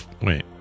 Wait